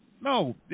No